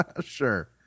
Sure